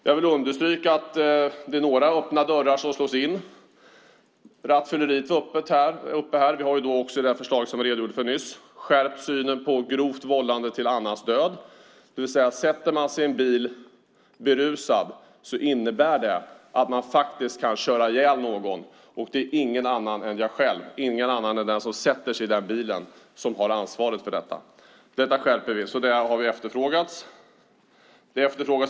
Jag vill understryka att det är några öppna dörrar som slås in. Rattfylleriet tas upp här. Vi har också i förslaget, som jag redogjorde för nyss, skärpt synen på grovt vållande till annans död, det vill säga att om man kör en bil och är berusad innebär det att man faktiskt kan köra ihjäl någon, och det är ingen annan än den som kört den bilen som har ansvaret för detta. Detta är en skärpning som har efterfrågats.